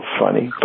funny